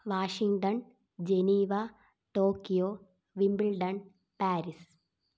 Washington Geneva Tokyo Wimbledon Paris